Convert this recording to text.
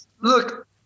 look